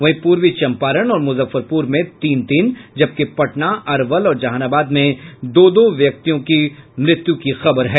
वहीं पूर्वी चंपारण और मुजफ्फरपुर में तीन तीन जबकि पटना अरवल और जहानाबाद में दो दो व्यक्तियों की मृत्यु की खबर है